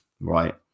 right